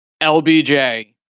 LBJ